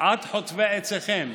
עד חוטבי עציכם.